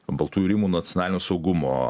baltųjų rūmų nacionalinio saugumo